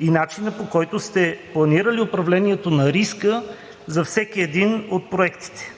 и начина, по който сте планирали управлението на риска, за всеки един от проектите?